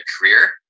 career